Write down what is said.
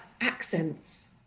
Accents